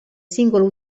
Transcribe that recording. singolo